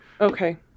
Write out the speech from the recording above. Okay